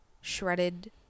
shredded